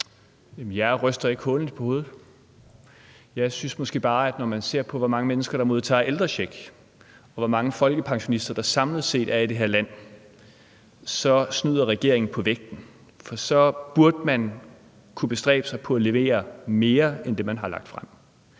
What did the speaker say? Jeg ryster ikke hånligt på hovedet. Jeg synes måske bare, at når man ser på, hvor mange mennesker der modtager ældrecheck, og hvor mange folkepensionister der samlet set er i det her land, snyder regeringen på vægten. Så burde man kunne bestræbe sig på at kunne levere mere end det, man har lagt frem.